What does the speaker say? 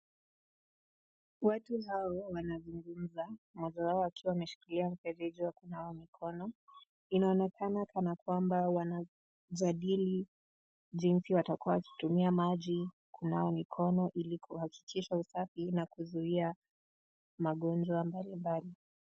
Watu hao wanazungumza mmoja wao akiwa ameshikilia mfereji wa kunawa mikono, inaonekana kana kwamba wanajadili jinsi watakuwa wakitumia maji kunawa mikono ili kuhakikisha usafi na kuzuiya magonjwa mbalimbali.